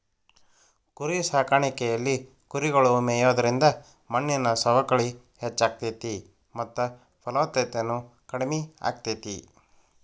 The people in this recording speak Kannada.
ಕುರಿಸಾಕಾಣಿಕೆಯಲ್ಲಿ ಕುರಿಗಳು ಮೇಯೋದ್ರಿಂದ ಮಣ್ಣಿನ ಸವಕಳಿ ಹೆಚ್ಚಾಗ್ತೇತಿ ಮತ್ತ ಫಲವತ್ತತೆನು ಕಡಿಮೆ ಆಗ್ತೇತಿ